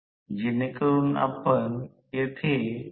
म्हणूनच 120 sf P ns n हे समीकरण 4 आहे